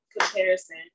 Comparison